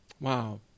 Wow